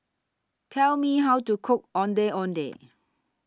Tell Me How to Cook Ondeh Ondeh